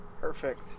Perfect